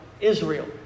Israel